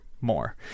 More